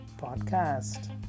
Podcast